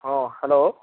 ହଁ ହ୍ୟାଲୋ